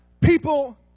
people